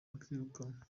bakirukanwa